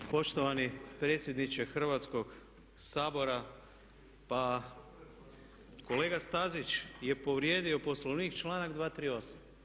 Poštovani predsjedniče Hrvatskog sabora, pa kolega Stazić je povrijedio Poslovnik članak 238.